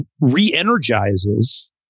re-energizes